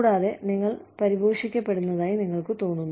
കൂടാതെ നിങ്ങൾ പരിപോഷിപ്പിക്കപ്പെടുന്നതായി നിങ്ങൾക്ക് തോന്നുന്നു